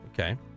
Okay